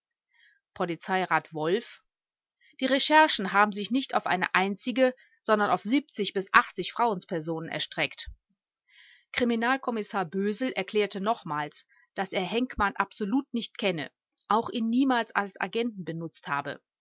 die recherchen haben sich nicht auf eine einzige sondern auf frauenspersonen erstreckt kriminalkommissar bösel erklärte nochmals daß er henkmann absolut nicht kenne auch ihn niemals als agenten benutzt habe